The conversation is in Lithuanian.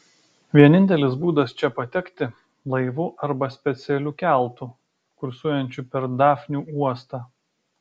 vienintelis būdas čia patekti laivu arba specialiu keltu kursuojančiu per dafnių uostą